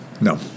No